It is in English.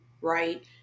right